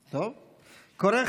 קורה.